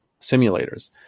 simulators